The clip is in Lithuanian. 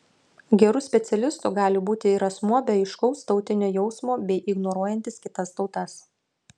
geru specialistu gali būti ir asmuo be aiškaus tautinio jausmo bei ignoruojantis kitas tautas